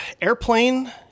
airplane